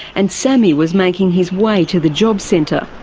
and sammy was making his way to the job centre.